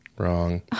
Wrong